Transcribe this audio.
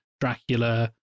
Dracula